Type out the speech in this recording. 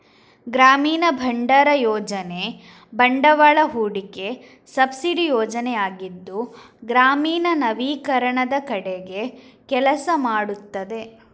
ಗ್ರಾಮೀಣ ಭಂಡಾರ ಯೋಜನೆ ಬಂಡವಾಳ ಹೂಡಿಕೆ ಸಬ್ಸಿಡಿ ಯೋಜನೆಯಾಗಿದ್ದು ಗ್ರಾಮೀಣ ನವೀಕರಣದ ಕಡೆಗೆ ಕೆಲಸ ಮಾಡುತ್ತದೆ